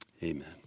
Amen